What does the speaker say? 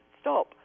stop